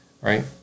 right